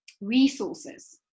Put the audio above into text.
resources